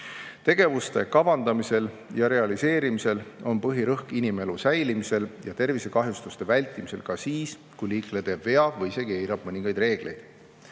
Tegevuste kavandamisel ja realiseerimisel on põhirõhk inimelu säilimisel ja tervisekahjustuste vältimisel ka siis, kui liikleja teeb vea või isegi eirab mõningaid reegleid.